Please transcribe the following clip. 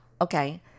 okay